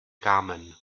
kámen